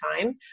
time